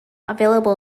available